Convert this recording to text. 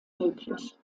möglich